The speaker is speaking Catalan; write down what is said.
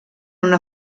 una